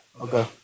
Okay